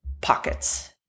pockets